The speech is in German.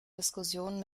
diskussionen